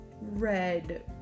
red